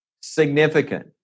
significant